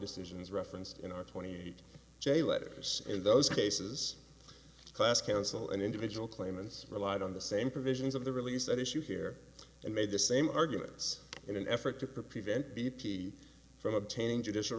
decisions referenced in our twenty eight j letters in those cases class counsel and individual claimants relied on the same provisions of the release at issue here and made the same arguments in an effort to prevent b p from obtaining judicial